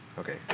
Okay